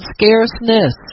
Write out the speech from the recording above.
scarceness